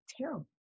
terrible